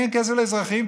אין כסף לאזרחים,